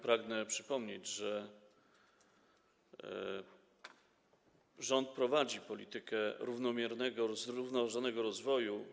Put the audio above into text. Pragnę przypomnieć, że rząd prowadzi politykę równomiernego, zrównoważonego rozwoju.